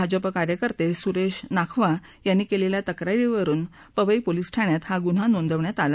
भाजप कार्यकर्ते सुरेश नाखवा यांनी केलेल्या तक्रारीवरुन पवई पोलिस ठाण्यात हा गुन्हा नोंदवण्यात आला